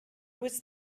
was